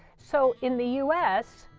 so in the u s.